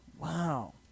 Wow